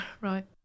Right